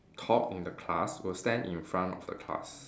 talk in the class will stand in front of the class